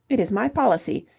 it is my policy,